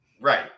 right